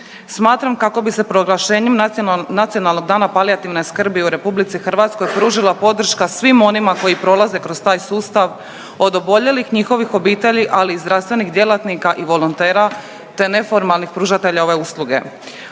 Smatram kako bi se proglašenjem Nacionalnog dana palijativne skrbi u RH pružila podrška svim onima koji prolaze kroz taj sustav od oboljelih, njihovih obitelji, ali i zdravstvenih djelatnika i volontera, te neformalnih pružatelja ove usluge.